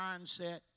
mindset